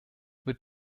wird